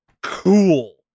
cool